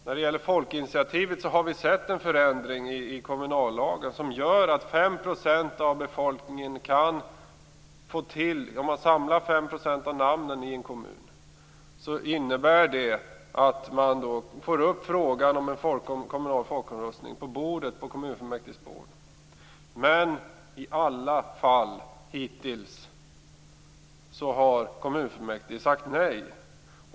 När det gäller folkinitiativet har vi fått en förändring i kommunallagen som innebär att om man samlar 5 % av namnen i en kommun får man upp frågan om en kommunal folkomröstning på kommunfullmäktiges bord. Men i samtliga fall hittills har kommunfullmäktige sagt nej.